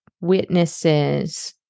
witnesses